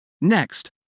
Next